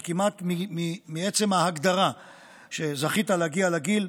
זה כמעט מעצם ההגדרה שזכית להגיע לגיל,